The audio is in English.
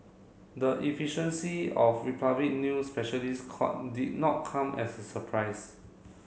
the efficiency of Republic new specialist court did not come as a surprise